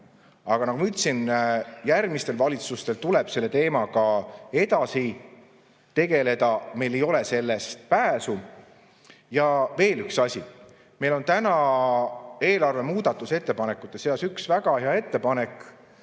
Aga nagu ma ütlesin, järgmistel valitsustel tuleb selle teemaga edasi tegeleda, meil ei ole sellest pääsu. Ja veel üks asi. Meil on täna eelarve muudatusettepanekute seas üks väga hea ettepanek,